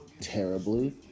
terribly